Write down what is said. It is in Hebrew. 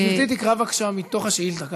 גברתי תקרא בבקשה מתוך השאילתה,